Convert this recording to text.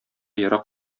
ерак